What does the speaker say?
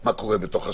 מה קורה בתוך השב"ס,